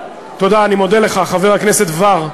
תודה, אני מודה לך, חבר הכנסת בָר.